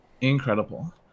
Incredible